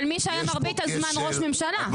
על מי שהיה מרבית הזמן ראש ממשלה.